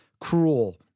cruel